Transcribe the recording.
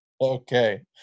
Okay